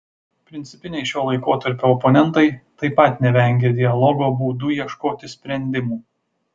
principiniai šio laikotarpio oponentai taip pat nevengė dialogo būdu ieškoti sprendimų